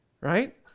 right